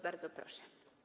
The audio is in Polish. Bardzo proszę.